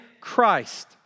Christ